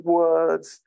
words